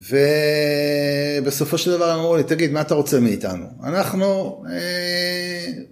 ו...בסופו של דבר אמרו לי, "תגיד מה אתה רוצה מאיתנו?" אנחנו, אה...